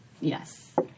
yes